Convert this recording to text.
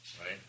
right